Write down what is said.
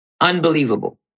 unbelievable